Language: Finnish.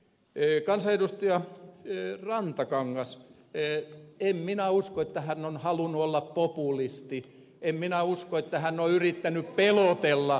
ei kansa edusti ei rantakangas peer en minä usko että kansanedustaja rantakangas on halunnut olla populisti en minä usko että hän on yrittänyt pelotella